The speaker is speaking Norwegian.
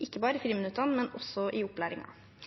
ikke bare i